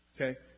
Okay